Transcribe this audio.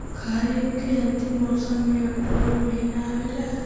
खरीफ़ के अंतिम मौसम में अक्टूबर महीना आवेला?